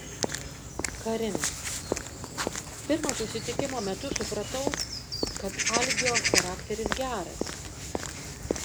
karina pirmo susitikimo metu supratau kad algio charakteris geras